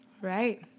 Right